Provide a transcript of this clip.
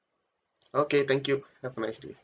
okay thank you have a nice day